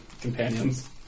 companions